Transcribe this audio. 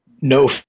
no